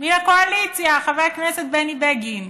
מן הקואליציה, חבר הכנסת בני בגין?